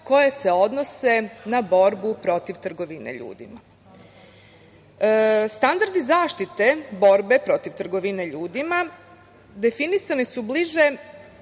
koje se odnose na borbu protiv trgovine ljudima. Standardi zaštite borbe protiv trgovine ljudima definisani su bliže